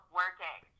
working